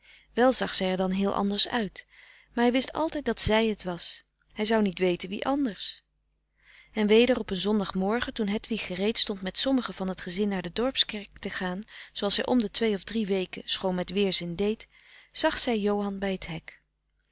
wel zag zij er dan heel anders uit maar hij wist altijd dat zij het was hij zou niet weten wie anders en weder op een zondagmorgen toen hedwig gereed stond met sommigen van t gezin naar de dorpskerk te gaan zooals zij om de twee of drie weken schoon met frederik van eeden van de koele meren des doods weerzin deed zag zij johan bij t hek